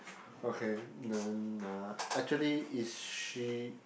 okay then uh actually is she